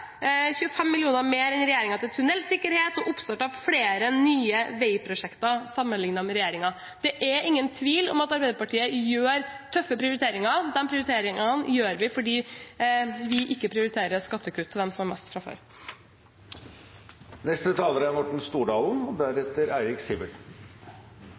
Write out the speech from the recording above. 25 mill. kr mer enn regjeringen til tunnelsikkerhet og oppstart av flere nye veiprosjekter, sammenlignet med regjeringen. Det er ingen tvil om at Arbeiderpartiet gjør tøffe prioriteringer. De prioriteringene gjør vi fordi vi ikke prioriterer skattekutt til dem som har mest fra før.